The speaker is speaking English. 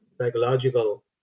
psychological